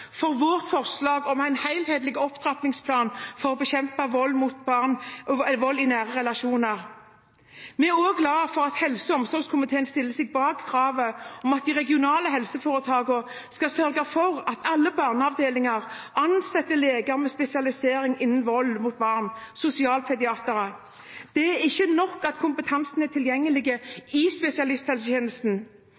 for vårt forslag om en helhetlig opptrappingsplan for å bekjempe vold i nære relasjoner. Vi er også glad for at helse- og omsorgskomiteen stiller seg bak kravet om at de regionale helseforetakene skal sørge for at alle barneavdelinger ansetter leger med spesialisering innen vold mot barn, sosialpediatere. Det er ikke nok at kompetansen er tilgjengelig i spesialisthelsetjenesten;